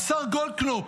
השר גולדקנופ